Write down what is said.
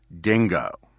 dingo